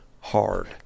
hard